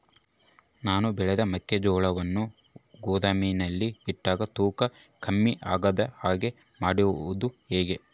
ನಾನು ಬೆಳೆದ ಮೆಕ್ಕಿಜೋಳವನ್ನು ಗೋದಾಮಿನಲ್ಲಿ ಇಟ್ಟಾಗ ತೂಕ ಕಮ್ಮಿ ಆಗದ ಹಾಗೆ ಮಾಡೋದು ಹೇಗೆ?